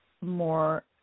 more